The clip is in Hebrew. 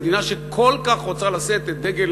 מדינה שכל כך רוצה לשאת את דגל